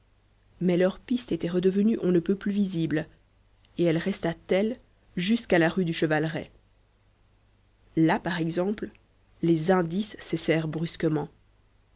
mais leur piste était redevenue on ne peut plus visible et elle resta telle jusqu'à la rue du chevaleret là par exemple les indices cessèrent brusquement